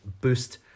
boost